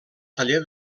taller